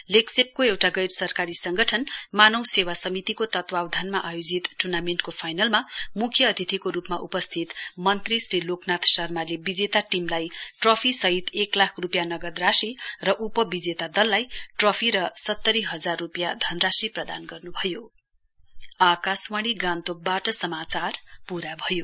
लेगशेपको एउटा गैरसरकारी संङ्गठन मानव सेवा समितिको तत्वधानमा आयोजित ट्र्नामेण्टको फाइनलमा मुख्य अतिथिको रूपमा उपस्थित मन्त्री श्री लोकनाथ शर्माले विजेता टीमलाई ट्रफी सहित एक लाख रूपियाँ नगद राशि र उपविजेता दललाई ट्रफी र सतरी हजार रूपियाँ धनराशी प्रदान गर्नु भयो